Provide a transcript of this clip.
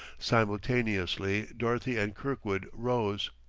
simultaneously dorothy and kirkwood rose.